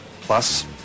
plus